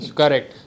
correct